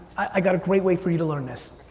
i got a great way for you to learn this.